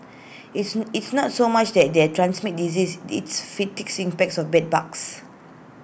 it's it's not so much that they're transmit disease it's impacts of bed bugs